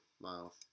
Miles